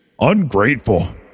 Ungrateful